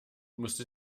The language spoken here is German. musste